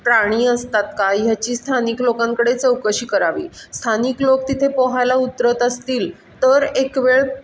प्राणी असतात का ह्याची स्थानिक लोकांकडे चौकशी करावी स्थानिक लोक तिथे पोहायला उतरत असतील तर एकवेळ